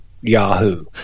Yahoo